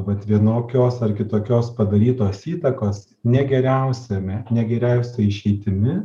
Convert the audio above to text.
vat vienokios ar kitokios padarytos įtakos ne geriausiame ne geriausia išeitimi